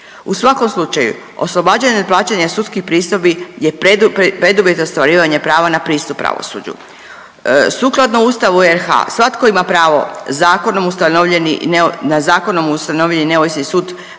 U svakom slučaju oslobađanje od plaćanja sudskih pristojbi je preduvjet za ostvarivanje prava na pristup pravosuđu. Sukladno Ustavu RH svatko ima pravo zakonom ustanovljeni, na